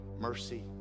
mercy